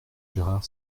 gérard